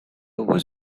was